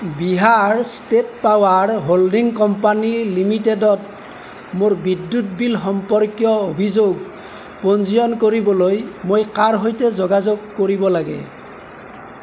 Bihar state power holding company লিমিটেডত মোৰ বিদ্যুৎ বিল সম্পৰ্কীয় অভিযোগ পঞ্জীয়ন কৰিবলৈ মই কাৰ সৈতে যোগাযোগ কৰিব লাগে